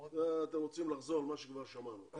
אתם רוצים לחזור על מה שכבר שמענו, אין צורך בזה.